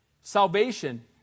Salvation